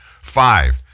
Five